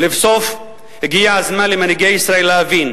ולבסוף, הגיע הזמן שמנהיגי ישראל יבינו: